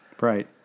Right